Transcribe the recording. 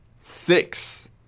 six